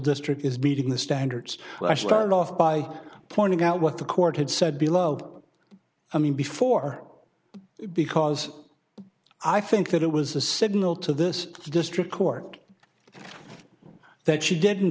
district is beating the standards weschler lost by pointing out what the court had said below i mean before because i think that it was a signal to this district court that she didn't